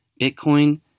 Bitcoin